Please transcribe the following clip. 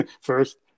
first